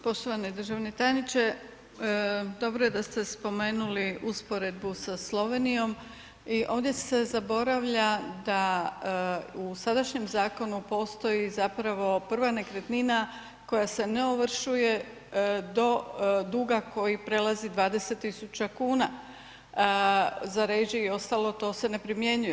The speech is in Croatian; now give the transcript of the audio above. Poštovani državni tajniče, dobro je da ste spomenuli usporedbu sa Slovenijom i ovdje se zaboravlja da u sadašnjem zakonu postoji zapravo prva nekretnina koja se ne ovršuje do duga koji prelazi 20.000 kuna, za režije i ostalo to se ne primjenjuje.